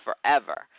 forever